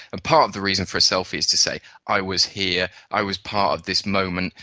and part of the reason for a selfie is to say i was here, i was part of this moment',